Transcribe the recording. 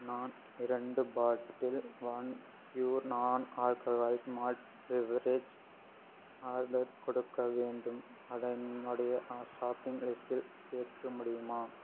நான் இரண்டு bottle one pure non alcoholic malt beverage order கொடுக்க வேண்டும் அதை என்னுடைய ஷாப்பிங் லிஸ்ட்டில் சேர்க்க முடியுமா